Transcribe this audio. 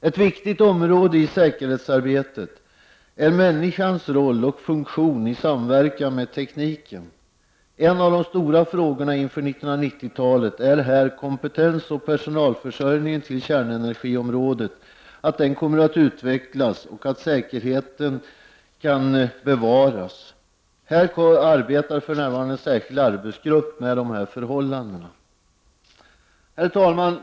Ett viktigt område i säkerhetsarbetet är människans roll och funktion i samverkan med tekniken. En av de stora frågorna inför 1990-talet är att kompetens och personalförsörjning när det gäller kärnkraftsenergiområdet utvecklas och att säkerheten kan bevaras. En särskild arbetsgrupp arbetar för närvarande med dessa förhållanden. Herr talman!